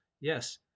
yes